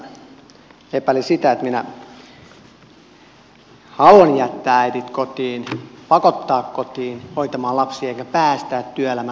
edustaja vikman tässä epäili sitä että minä haluan jättää äidit kotiin pakottaa kotiin hoitamaan lapsia enkä päästää työelämään